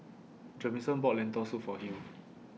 Jamison bought Lentil Soup For Hughes